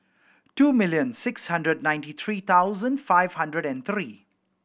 two million six hundred ninety three thousand five hundred and three